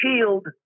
shield